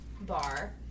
bar